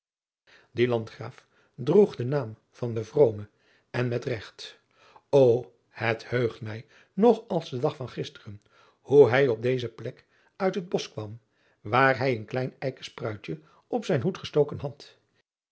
ie andgraaf droeg den naam van den vromen en met regt o het heugt mij nog als de dag driaan oosjes zn et leven van aurits ijnslager van gisteren hoe hij op deze plek uit het bosch kwam waar hij een klein eiken spruitje op zijn hoed gestoken had